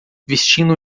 vestindo